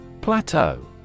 Plateau